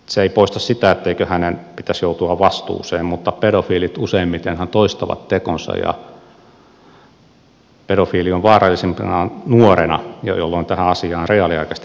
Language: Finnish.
se ei poista sitä etteikö hänen pitäisi joutua vastuuseen mutta pedofiilithan useimmiten toistavat tekonsa ja pedofiili on vaarallisimpana nuorena jolloin tähän asiaan reaaliaikaisesti pitäisi puuttua